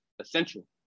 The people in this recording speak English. essential